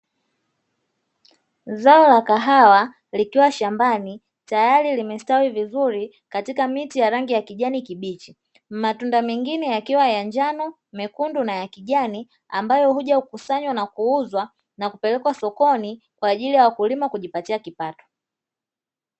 Zao la kahawa likiwa shambani tayari limestawi vizuri katika miti ya rangi ya kijani kibichi, matunda mengine yakiwa ya njano, mekundu na ya kijani ambayo huja kukusanywa na kuuzwa na kupelekwa sokoni kwa ajili ya wakulima kujipatia kipato.